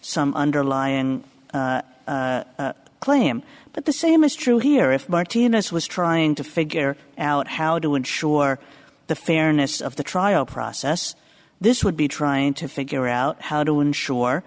some underlying claim but the same is true here if martinez was trying to figure out how to ensure the fairness of the trial process this would be trying to figure out how to ensure